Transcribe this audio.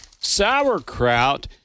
Sauerkraut